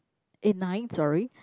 eh nine sorry